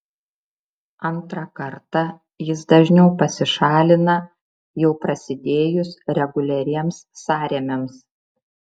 antrą kartą jis dažniau pasišalina jau prasidėjus reguliariems sąrėmiams